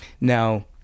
Now